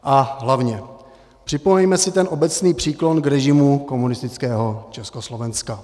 A hlavně, připomeňme si ten obecný příklon k režimu komunistického Československa.